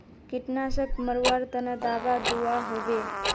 कीटनाशक मरवार तने दाबा दुआहोबे?